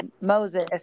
Moses